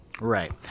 Right